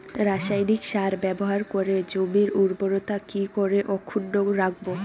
রাসায়নিক সার ব্যবহার করে জমির উর্বরতা কি করে অক্ষুণ্ন রাখবো